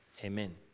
Amen